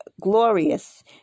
glorious